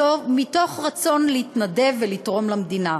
מתוך רצון להתנדב ולתרום למדינה.